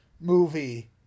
movie